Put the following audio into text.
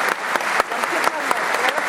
המדינה יצחק הרצוג חותם על